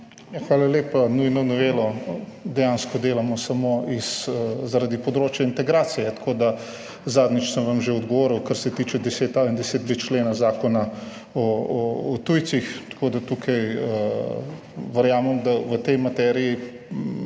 Hvala lepa. Nujno novelo dejansko delamo samo zaradi področja integracije, zadnjič sem vam že odgovoril kar se tiče 10.a ali in 10. b. člena Zakona o tujcih. Verjamem, da v tej materiji